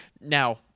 now